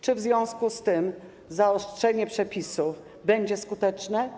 Czy w związku z tym zaostrzenie przepisów będzie skuteczne?